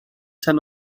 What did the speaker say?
tan